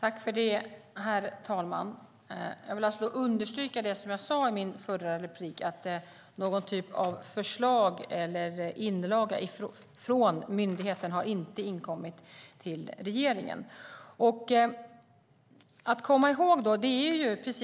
Herr talman! Jag vill understryka det som jag sade i mitt förra inlägg, att något förslag eller någon inlaga från myndigheten inte har inkommit till regeringen.